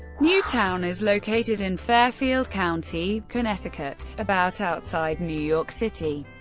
newtown is located in fairfield county, connecticut, about outside new york city.